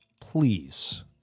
please